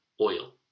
oil